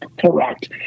Correct